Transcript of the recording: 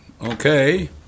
Okay